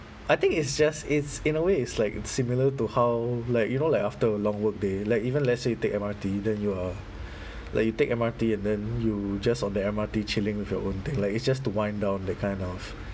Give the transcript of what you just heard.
I think it's just it's in a way it's like similar to how like you know like after a long work day like even let's say you take M_R_T then you are like you take M_R_T and then you just on the M_R_T chilling with your own thing like it's just to wind down that kind of